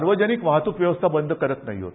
सार्वजनिक वाहत्रक व्यवस्था बंद करत नाही आहोत